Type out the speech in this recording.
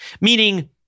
meaning